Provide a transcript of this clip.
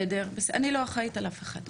בסדר, אני לא אחראית על אף אחד.